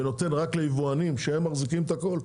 ונותן רק ליבואנים שהם מחזיקים את הכל,